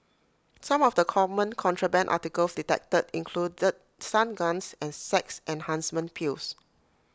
some of the common contraband articles detected included stun guns and sex enhancement pills